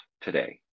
today